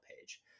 page